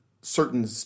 certain